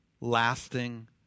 lasting